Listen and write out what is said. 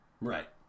Right